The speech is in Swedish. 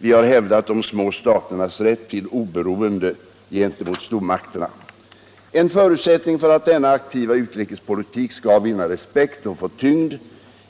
Vi har hävdat de små staternas rätt till oberoende gentemot stormakterna. En förutsättning för att denna aktiva utrikespolitik skall vinna respekt och få tyngd